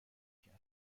کرد